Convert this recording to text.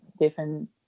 different